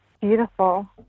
Beautiful